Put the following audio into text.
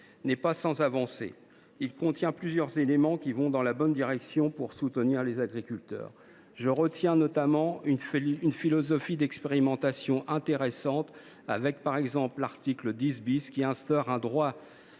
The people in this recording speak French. n’est pas sans avancées. Il contient plusieurs éléments qui vont dans la bonne direction pour soutenir les agriculteurs. Je retiens notamment une philosophie d’expérimentation intéressante, avec, par exemple, l’article 10 , qui instaure un droit